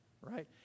right